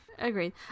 Agreed